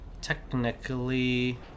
Technically